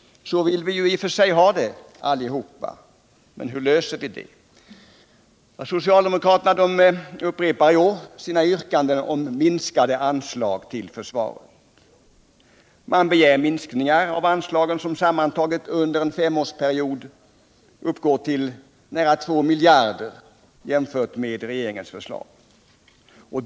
Så vill vi i och för sig ha det allihop. Men hur löser vi den frågan? Socialdemokraterna upprepar i år sina yrkanden om minskade anslag till försvaret. Man begär minskningar av anslagen som sammantaget under en femårsperiod uppgår till nära två miljarder jämfört med regeringens förslag.